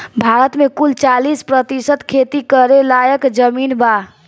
भारत मे कुल चालीस प्रतिशत खेती करे लायक जमीन बा